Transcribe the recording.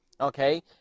Okay